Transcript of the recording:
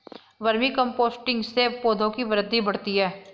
vermi composting से पौधों की वृद्धि बढ़ती है